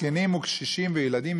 זקנים וקשישים וילדים,